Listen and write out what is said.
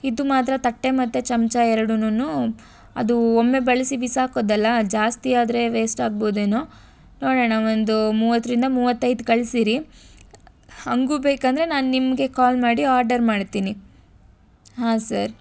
ಇದು ಮಾತ್ರ ತಟ್ಟೆ ಮತ್ತು ಚಮಚ ಎರಡುನೂ ಅದು ಒಮ್ಮೆ ಬಳಸಿ ಬಿಸಾಕೋದಲ್ಲ ಜಾಸ್ತಿ ಆದರೆ ವೇಸ್ಟ್ ಆಗ್ಬೋದೇನೋ ನೋಡೋಣ ಒಂದು ಮೂವತ್ತರಿಂದ ಮೂವತ್ತೈದು ಕಳಿಸಿರಿ ಹಾಗು ಬೇಕೆಂದ್ರೆ ನಾನು ನಿಮಗೆ ಕಾಲ್ ಮಾಡಿ ಆರ್ಡರ್ ಮಾಡ್ತೀನಿ ಹಾಂ ಸರ್